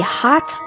hot